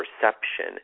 perception